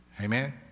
Amen